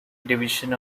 division